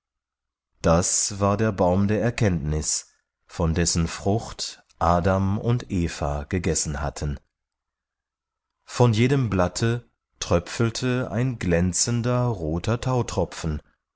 das war der baum der erkenntnis von dessen frucht adam und eva gegessen hatten von jedem blatte tröpfelte ein glänzender roter tautropfen